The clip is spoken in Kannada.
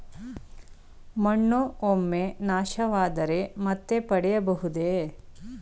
ಮಣ್ಣು ಒಮ್ಮೆ ನಾಶವಾದರೆ ಮತ್ತೆ ಪಡೆಯಬಹುದೇ?